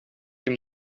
dem